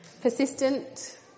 Persistent